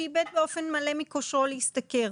שאיבד באופן מלא מכושרו להשתכר.